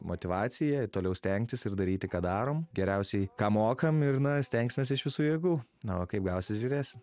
motyvacija toliau stengtis ir daryti ką darom geriausiai ką mokam ir na stengsimės iš visų jėgų na o kaip gausis žiūrėsim